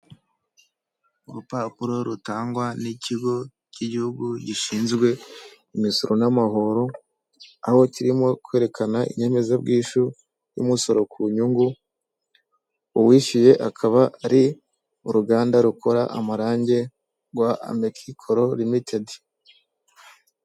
Urupapuro rutangwa n'ikigo cy'igihugu gishinzwe imisoro n'amahoro, aho kirimo kwerekana inyemezabwishyu, y'umusoro ku nyungu, uwishyuye akaba ari uruganda rukora amarangi rwa amaeki koro rimitedi.